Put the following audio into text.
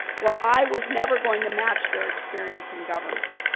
well, i was never going to match their experience in government,